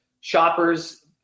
shoppers